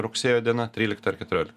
rugsėjo diena trylikta ar keturiolik